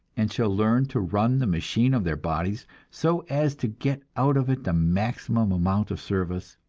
and shall learn to run the machine of their body so as to get out of it the maximum amount of service?